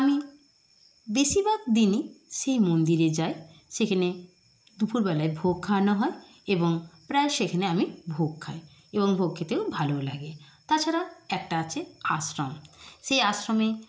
আমি বেশিরভাগ দিনই সেই মন্দিরে যাই সেখানে দুপুরবেলায় ভোগ খাওয়ানো হয় এবং প্রায়ই সেখানে আমি ভোগ খাই এবং ভোগ খেতেও ভালোও লাগে তাছাড়া একটা আছে আশ্রম সে আশ্রমে